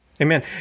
Amen